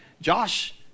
Josh